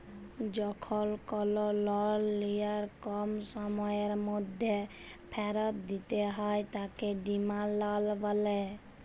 যখল call loan লিয়ার কম সময়ের ম্যধে ফিরত দিতে হ্যয় তাকে ডিমাল্ড লল ব্যলে